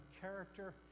character